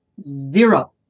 zero